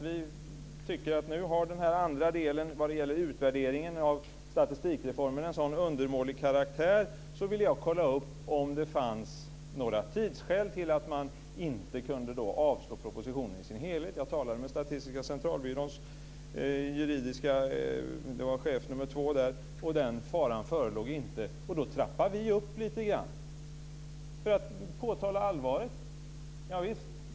Vi tycker att den andra delen som gäller utvärderingen av statistikreformen har en så undermålig karaktär att innan jag gick med på detta ville jag kolla upp om det fanns några tidsskäl till att man inte kunde avslå propositionen i dess helhet. Jag talade med Statistiska centralbyråns juridiska chef nummer två, och fick veta att den faran inte förelåg. Då trappar vi upp lite grann för att påtala allvaret.